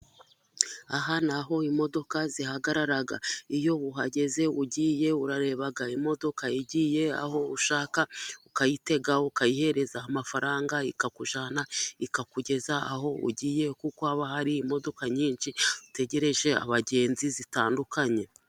Aha n'aho imodoka zihagarara, iyo uhageze ugiye urareba, imodoka igiye aho ushaka ukayitega, ukayihereza amafaranga ikakujyana, ikakugeza aho ugiye, kuko haba hari imodoka nyinshi, zitegereje abagenzi zitandukanye.